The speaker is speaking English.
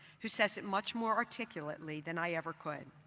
who says it much more articulately than i ever could.